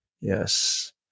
Yes